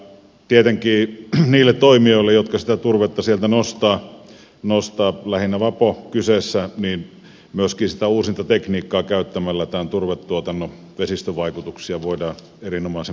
tietenkin myöskin uusinta tekniikkaa käyttämällä ne toimijat jotka sitä turvetta sieltä nostavat lähinnä vapo on kyseessä voivat turvetuotannon vesistövaikutuksia erinomaisen paljon vähentää